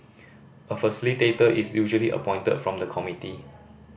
a facilitator is usually appointed from the committee